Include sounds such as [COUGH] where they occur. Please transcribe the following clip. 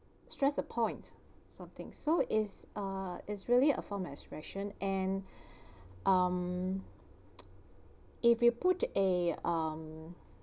stress the point something so it's uh it's really a form expression and um [NOISE] if you put a um